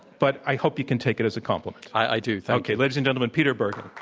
but i hope you can take it as a compliment. i do. okay. ladies and gentlemen, peter bergen.